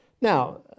Now